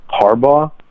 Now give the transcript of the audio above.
Harbaugh